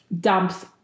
dumps